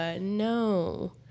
no